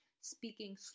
speaking